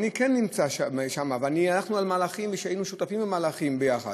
אני כן נמצא שם והלכנו על מהלכים והיינו שותפים למהלכים ביחד.